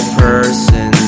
person